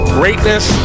greatness